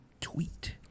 tweet